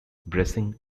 bracing